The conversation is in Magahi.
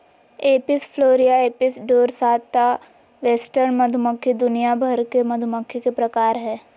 Apis florea, Apis dorsata, western मधुमक्खी दुनिया भर के मधुमक्खी के प्रकार हय